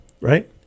right